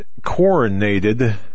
coronated